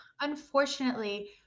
unfortunately